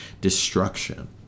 destruction